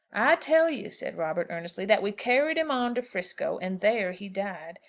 i tell you, said robert, earnestly, that we carried him on to frisco, and there he died.